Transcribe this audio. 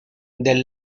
del